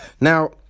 Now